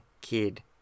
kid